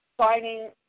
signing